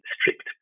strict